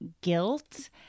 guilt